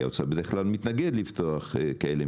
כי האוצר בדרך כלל מתנגד לפתוח משרות כאלה.